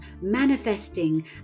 manifesting